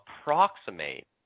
approximate